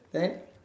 then